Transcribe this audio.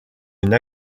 une